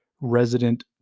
resident